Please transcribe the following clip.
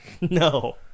No